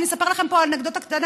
אני אספר לכם אנקדוטה קטנה,